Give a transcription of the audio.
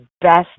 best